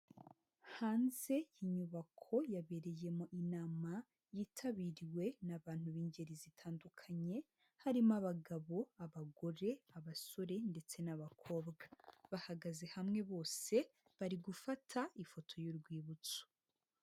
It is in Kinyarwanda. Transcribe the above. Hanze y'inyubako yabereyemo inama yitabiriwe n'abantu b'ingeri zitandukanye, harimo abagabo, abagore, abasore ndetse n'abakobwa bahagaze hamwe bose bari gufata ifoto y'urwibutso.